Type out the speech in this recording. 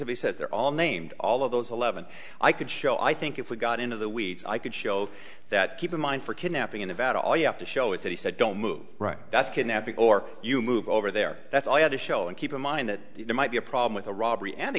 specifically says they're all named all of those eleven i could show i think if we got into the weeds i could show that keep in mind for kidnapping in a vat all you have to show is that he said don't move right that's kidnapping or you move over there that's all you have to show and keep in mind that you know might be a problem with a robbery and a